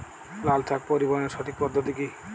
লালশাক পরিবহনের সঠিক পদ্ধতি কি?